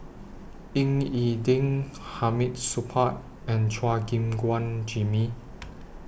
Ying E Ding Hamid Supaat and Chua Gim Guan Jimmy